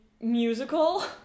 musical